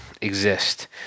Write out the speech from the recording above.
exist